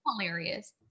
hilarious